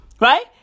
Right